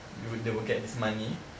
you would they would get this money